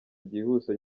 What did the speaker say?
byihuse